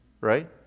right